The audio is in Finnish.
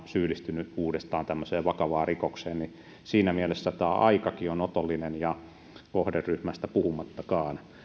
syyllistynyt uudestaan tämmöiseen vakavaan rikokseen niin siinä mielessä tämä aikakin on otollinen kohderyhmästä puhumattakaan